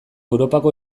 europako